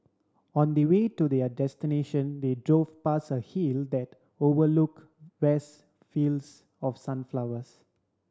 on the way to their destination they drove past a hill that overlook vast fields of sunflowers